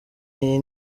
iyi